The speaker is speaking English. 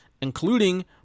including